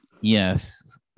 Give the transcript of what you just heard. yes